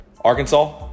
Arkansas